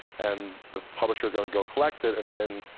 and the publisher's going to go collect it, and then,